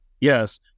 Yes